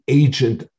agent